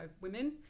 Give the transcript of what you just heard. women